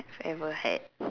I've ever had